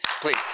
please